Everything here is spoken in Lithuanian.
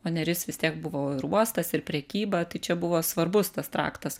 o neris vis tiek buvo ir uostas ir prekyba tai čia buvo svarbus tas traktas